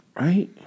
Right